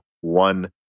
one